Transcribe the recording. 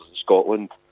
Scotland